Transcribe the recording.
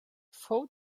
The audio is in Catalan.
fou